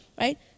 right